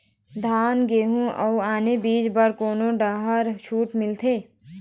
धान गेहूं अऊ आने बीज बर कोन डहर छूट मिलथे?